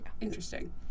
Interesting